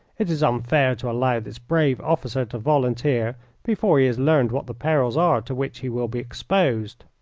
it is unfair to allow this brave officer to volunteer before he has learned what the perils are to which he will be exposed.